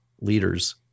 leaders